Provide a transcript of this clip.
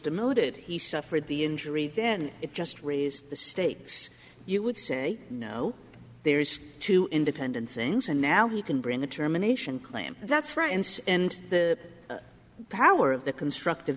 demoted he suffered the injury then it just raised the stakes you would say no there's two independent things and now he can bring the termination claim that's right and and the power of the constructive